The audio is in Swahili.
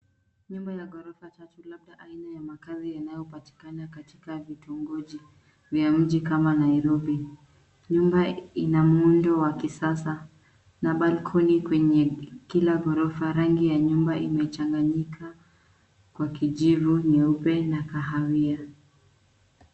Nyumba ya ghorofa tatu labda aina ya makazi yanayopatikana katika vitongoji vya mji, kama Nairobi. Nyumba ina muundo wa kisasa, na balcony kwenye kila ghorofa. Rangi ya nyumba imechanganyika kwa kijivu, nyeupe, na kahawia.